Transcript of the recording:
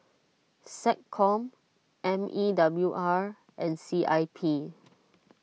SecCom M E W R and C I P